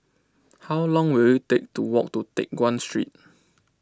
how long will it take to walk to Teck Guan Street